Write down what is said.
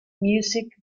music